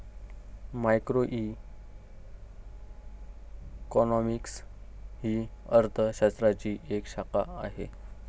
macroeconomics ही अर्थ शास्त्राची एक शाखा आहे